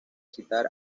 citar